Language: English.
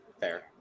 Fair